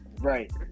Right